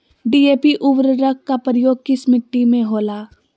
DAP उर्वरक का प्रयोग किस मिट्टी में होला?